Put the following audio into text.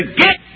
get